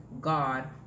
God